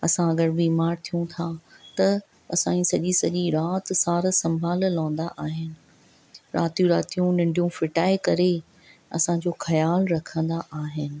असां अगरि बीमार थियूं था त असां जी सॼी सॼी राति सार संभाल लहुंदा आहिनि रातीयूं रातीयूं निंडियूं फ़िटाए करे असां जो ख्याल रखंदा आहिनि